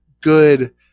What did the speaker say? good